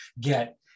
get